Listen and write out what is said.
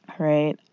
Right